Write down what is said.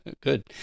Good